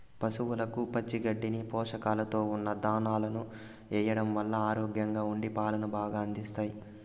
పసవులకు పచ్చి గడ్డిని, పోషకాలతో ఉన్న దానాను ఎయ్యడం వల్ల ఆరోగ్యంగా ఉండి పాలను బాగా అందిస్తాయి